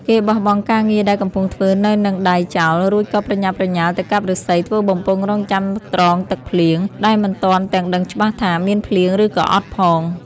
គេបោះបង់ការងារដែលកំពុងធ្វើនៅហ្នឹងដៃចោល រួចក៏ប្រញាប់ប្រញាល់ទៅកាប់ឫស្សីធ្វើបំពង់រង់ចាំត្រងទឹកភ្លៀង ដែលមិនទាន់ទាំងដឹងច្បាស់ថា មានភ្លៀងឬក៏អត់ផង ។